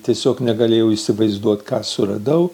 tiesiog negalėjau įsivaizduot ką suradau